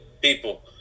people